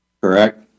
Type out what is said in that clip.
Correct